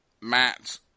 Matt